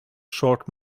short